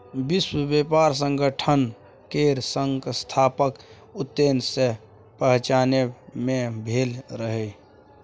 विश्व बेपार संगठन केर स्थापन उन्नैस सय पनचानबे मे भेल रहय